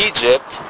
Egypt